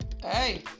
Hey